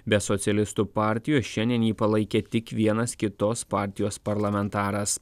be socialistų partijos šiandien jį palaikė tik vienas kitos partijos parlamentaras